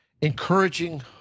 encouraging